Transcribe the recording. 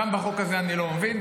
גם בחוק הזה אני לא מבין,